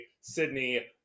sydney